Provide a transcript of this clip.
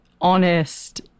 honest